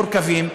מורכבים,